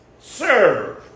serve